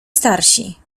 starsi